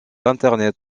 internet